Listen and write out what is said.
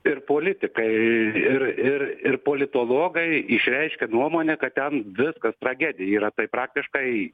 ir politikai ir ir ir politologai išreiškė nuomonę kad ten viskas tragedija yra tai praktiškai